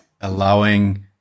allowing